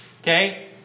Okay